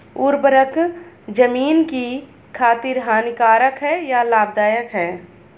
उर्वरक ज़मीन की खातिर हानिकारक है या लाभदायक है?